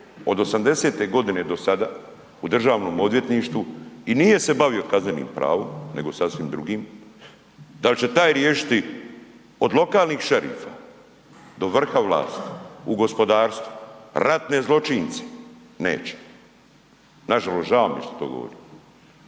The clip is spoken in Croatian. od '80. godine do sada u Državnom odvjetništvu i nije se bavio kaznenim pravom nego sasvim drugim, da li će taj riješiti od lokalnih šerifa, do vrha vlasti u gospodarstvu, ratne zločince, neće. Nažalost žao mi je što to govorim.